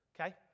Okay